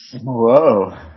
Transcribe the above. Whoa